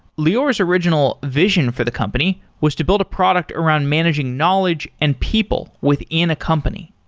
lior s original vision for the company was to build a product around managing knowledge and people within a company.